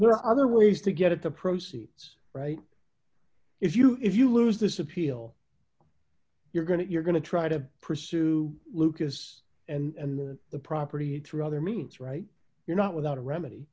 there are other ways to get the proceeds right if you if you lose this appeal you're going to you're going to try to pursue lucas and the the property through other means right you're not without a remedy